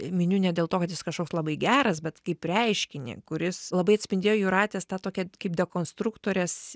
miniu ne dėl to kad jis kažkoks labai geras bet kaip reiškinį kuris labai atspindėjo jūratės tą tokią kaip dekonstruktorės